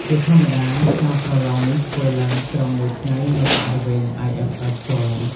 ជាធម្មតា ការប្រឡងនេះធ្វើឡើងត្រឹម មួយថ្ងៃ នៅ បរិវេណ IFL ផ្ទាល់។